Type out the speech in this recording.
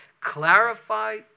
Clarify